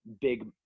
big